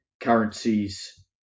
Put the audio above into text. currencies